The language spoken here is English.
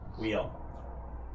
Wheel